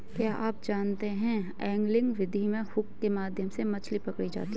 क्या आप जानते है एंगलिंग विधि में हुक के माध्यम से मछली पकड़ी जाती है